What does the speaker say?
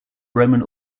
roman